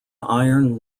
iron